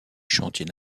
chantiers